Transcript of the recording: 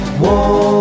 war